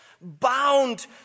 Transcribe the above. bound